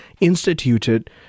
instituted